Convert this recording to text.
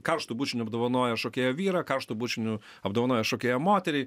karštu bučiniu apdovanoja šokėją vyrą karštu bučiniu apdovanoja šokėją moterį